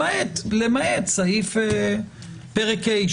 למעט פרק ה',